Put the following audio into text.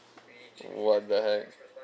what the heck